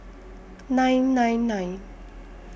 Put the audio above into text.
nine nine nine